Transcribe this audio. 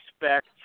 expect